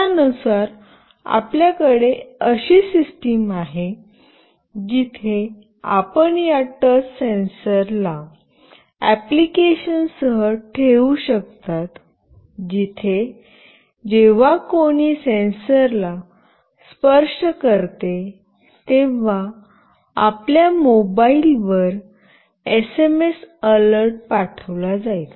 त्यानुसार आपल्याकडे अशी सिस्टम आहे जिथे आपण या टच सेन्सर ला अँप्लिकेशनसह ठेवू शकता जिथे जेव्हा कोणी सेन्सरला स्पर्श करते तेव्हा आपल्या मोबाइलवर एसएमएस अलर्ट पाठविला जाईल